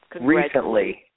Recently